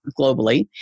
globally